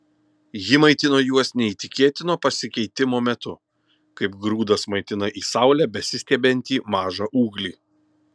ji maitino juos neįtikėtino pasikeitimo metu kaip grūdas maitina į saulę besistiebiantį mažą ūglį